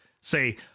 say